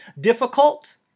difficult